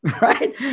Right